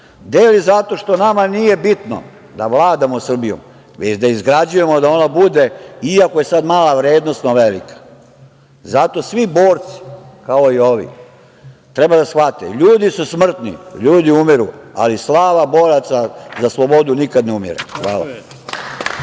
Deli zato što nama nije bitno da vladamo Srbijom, već da je izgrađujemo, da ona bude, iako je sada mala, vrednosno velika. Zato svi borci, kao i ovi, treba da shvate da su ljudi smrtni, ljudi umiru, ali slava boraca za slobodu nikad ne umire. Hvala.